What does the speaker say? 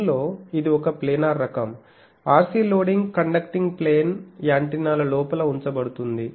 దీనిలో ఇది ఒక ప్లానర్ రకం RC లోడింగ్ కండక్టింగ్ ప్లేన్ యాంటెన్నాల లోపల ఉంచబడుతుంది